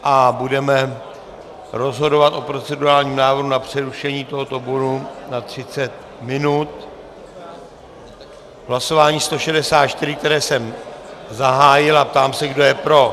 A budeme rozhodovat o procedurálním návrhu na přerušení tohoto bodu na 30 minut v hlasování 164, které jsem zahájil, a ptám se, kdo je pro.